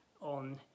on